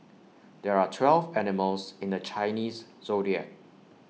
there are twelve animals in the Chinese Zodiac